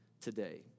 today